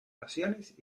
pasiones